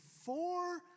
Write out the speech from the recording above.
four